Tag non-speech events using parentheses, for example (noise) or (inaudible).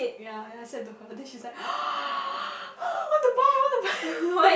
ya ya I said to her then she's like (noise) I want to buy I want to buy (laughs)